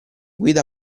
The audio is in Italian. guida